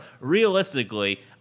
realistically